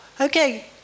Okay